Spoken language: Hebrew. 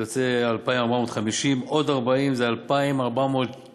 יוצא 2,450, עוד 40, זה 2,490